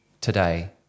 today